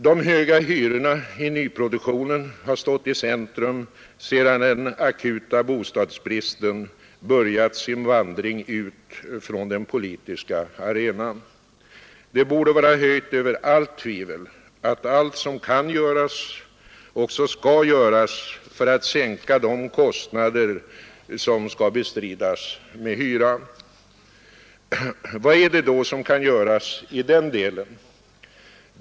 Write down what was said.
De höga hyrorna i nyproduktionen har stått i centrum sedan den akuta bostadsbristen började sin vandring ut från den politiska arenan. Det borde vara höjt över allt tvivel att allt som kan göras också skall göras för att sänka de kostnader som skall bestridas med hyran. Vad är det då som kan göras i denna del?